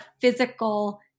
physical